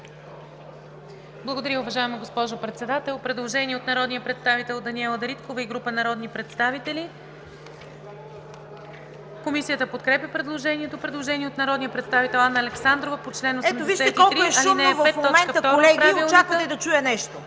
Благодаря, уважаема госпожо Председател. Предложение от народния представител Даниела Дариткова и група народни представители. Комисията подкрепя предложението. Предложение от народния представител Анна Александрова по чл. 83, ал. 5,